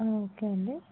okay అండి